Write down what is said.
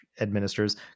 administers